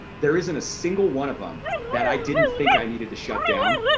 there isn't a single one of ah em that i didn't think i needed to shut down